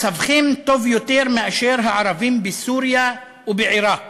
מצבכם טוב יותר מאשר מצב הערבים בסוריה ובעיראק.